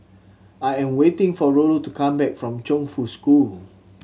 I am waiting for Rollo to come back from Chongfu School